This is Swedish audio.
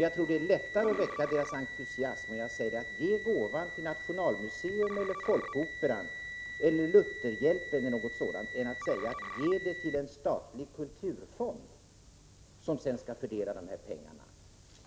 Jag tror det är lättare att väcka deras entusiasm om jag säger att de skall ge gåvan till Nationalmuseum eller Folkoperan eller Lutherhjälpen e. d. än om jag säger att de skall ge den till en statlig kulturfond som sedan skall fördela pengarna.